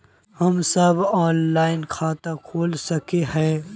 हम सब ऑनलाइन खाता खोल सके है?